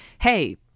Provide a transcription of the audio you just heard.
Hey